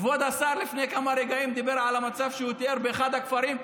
כבוד השר לפני כמה רגעים דיבר על המצב שהוא תיאר באחד הכפרים,